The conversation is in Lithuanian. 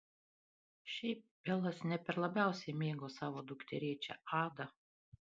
šiaip belas ne per labiausiai mėgo savo dukterėčią adą